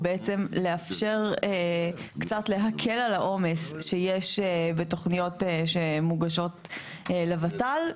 הוא בעצם לאפשר קצת להקל על העומס שיש בתוכניות שמוגשות לוות"ל,